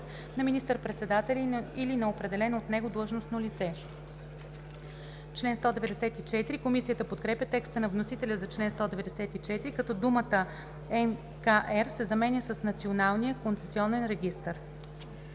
на министър-председателя или на определено от него длъжностно лице.“ Комисията подкрепя текста на вносителя за чл. 194., като думата „НКР“ се заменя с „Националния концесионен регистър“.